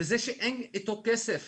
וזה שאין כסף